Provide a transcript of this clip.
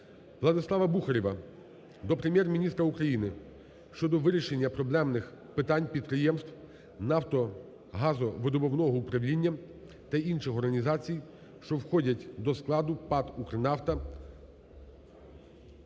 Владислава Бухарєва до Прем'єр-міністра України щодо вирішення проблемних питань підприємств нафтогазовидобувного управління та інших організацій, що входять до складу ПАТ "Укрнафта"